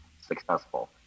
successful